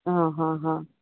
हां हां हां